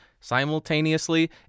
simultaneously